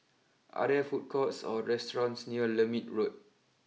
are there food courts or restaurants near Lermit Road